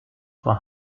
for